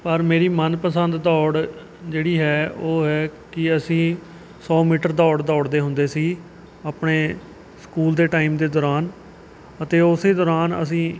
ਪਰ ਮੇਰੀ ਮਨਪਸੰਦ ਦੌੜ ਜਿਹੜੀ ਹੈ ਉਹ ਹੈ ਕਿ ਅਸੀਂ ਸੌ ਮੀਟਰ ਦੌੜ ਦੌੜਦੇ ਹੁੰਦੇ ਸੀ ਆਪਣੇ ਸਕੂਲ ਦੇ ਟਾਈਮ ਦੇ ਦੌਰਾਨ ਅਤੇ ਉਸੇ ਦੌਰਾਨ ਅਸੀਂ